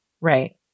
Right